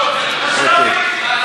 לא, אדוני.